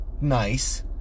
nice